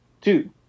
two